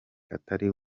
atari